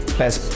best